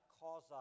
cause